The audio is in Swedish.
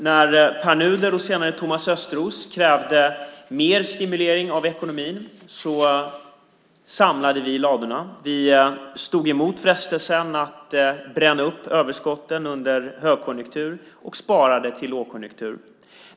När Pär Nuder och senare Thomas Östros krävde mer stimulering av ekonomin samlade vi i ladorna. Vi stod emot frestelsen att bränna upp överskotten under högkonjunktur och sparade inför lågkonjunktur.